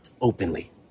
openly